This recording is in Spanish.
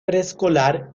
preescolar